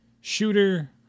shooter